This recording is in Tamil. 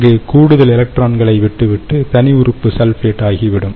அங்கு கூடுதல் எலக்ட்ரான்களை விட்டுவிட்டு தனி உறுப்பு சல்பேட் ஆகிவிடும்